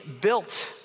built